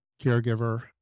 Caregiver